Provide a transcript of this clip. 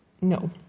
no